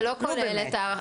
נו, באמת.